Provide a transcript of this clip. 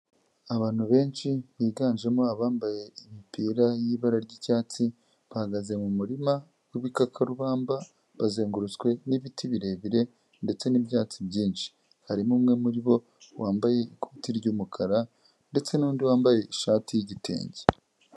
Abantu benshi biganjemo abambaye imipira y'ibara ry'icyatsi bahagaze mu murima w'ibikakarubamba bazengurutswe n'ibiti birebire ndetse n'ibyatsi byinshi, harimo umwe muri bo wambaye ikoti ry'umukara ndetse n'undi wambaye ishati y'igitenge.